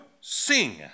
sing